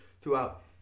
throughout